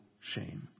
shame